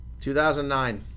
2009